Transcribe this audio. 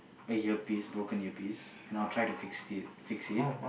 a ear piece a broken ear piece and I'd try to fix it fix it